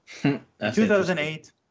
2008